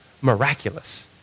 miraculous